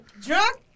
Drunk